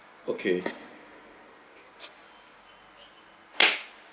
okay